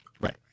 Right